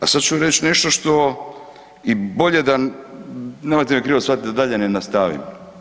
A sad ću reći nešto što i bolje, nemojte me krivo shvatiti, da dalje ne nastavim.